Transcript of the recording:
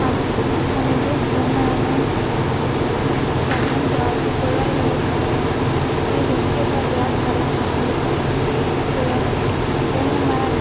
અને દેશભરમાં એને સ્વમાન જળવાઈ રહે છે એને એની જિંદગીભર યાદ કરવામાં આવે છે કે એમણે મારા